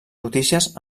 notícies